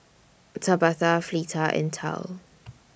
Tabatha Fleeta and Tal